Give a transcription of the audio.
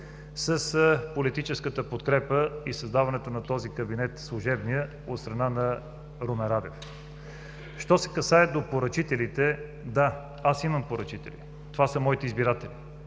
с политическата подкрепа и създаването на служебния кабинет от страна на Румен Радев. Що се касае до поръчителите, да, аз имам поръчители. Това са моите избиратели.